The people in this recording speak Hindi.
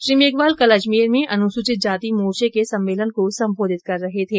श्री मेघवाल कल अजमेर में अनुसूचित जाति मोर्चे के सम्मेलन को संबोधित कर रहे थे